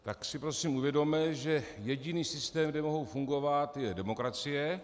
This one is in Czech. Tak si prosím uvědomme, že jediný systém, kde mohou fungovat, je demokracie.